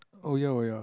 oh ya oh ya